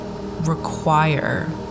require